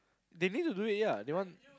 they need to do it ya they want